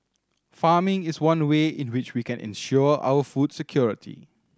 farming is one way in which we can ensure our food security